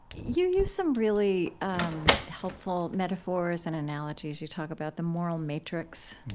you use some really um helpful metaphors and analogies. you talk about the moral matrix.